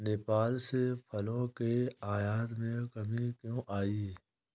नेपाल से फलों के आयात में कमी क्यों आ गई?